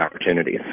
opportunities